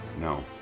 No